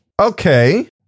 Okay